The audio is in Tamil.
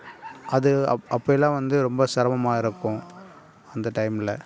அது அப் அப்பலாம் வந்து ரொம்ப சிரமமா இருக்கும் அந்த டைம்ல